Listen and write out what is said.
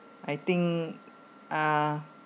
I think uh